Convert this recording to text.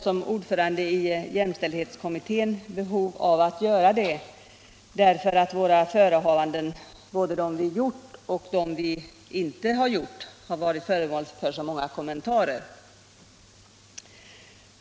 Som ordförande i jämställdhetskommittén känner jag emellertid behov av att göra det, eftersom kommitténs förehavanden — både när det gäller vad som har gjorts och vad som inte har gjorts — har varit föremål för så många kommentarer.